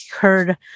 heard